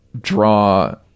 draw